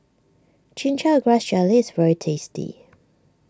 Chin Chow Grass Jelly is very tasty